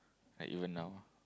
like even now